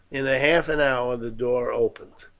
in half an hour the door opened.